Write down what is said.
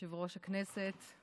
יושב-ראש הכנסת,